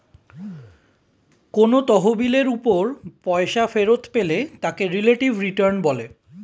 কোন তহবিলের উপর পয়সা ফেরত পেলে তাকে রিলেটিভ রিটার্ন বলে